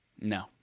No